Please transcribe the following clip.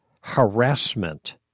harassment